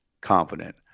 confident